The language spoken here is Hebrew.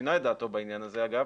ששינה את דעתו בעניין הזה אגב,